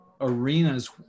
arenas